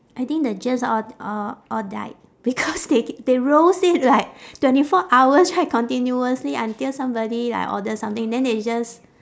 I think the germs all all all died because they they roast it like twenty four hours right continuously until somebody like order something then they just